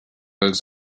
als